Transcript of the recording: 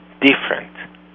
different